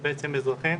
שהם בעצם אזרחים.